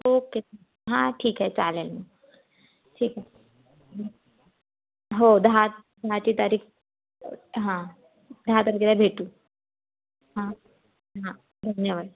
okay हां ठीक आहे चालेल मग ठीक आहे हो दहा दहाची तारीख हां दहा तारखेला भेटू हां हां धन्यवाद